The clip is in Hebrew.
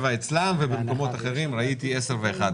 7 אצלם ובמקומות אחרים ראיתי 10 ו-11,